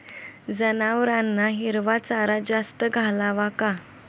जनावरांना हिरवा चारा जास्त घालावा का?